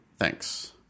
Thanks